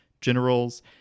generals